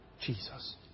Jesus